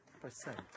percent